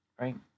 right